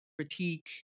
Critique